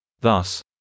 Thus